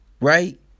right